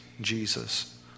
Jesus